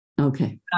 okay